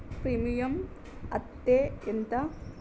Premium అత్తే ఎంత?